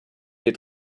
had